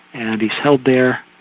and he's held there,